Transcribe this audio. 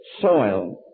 soil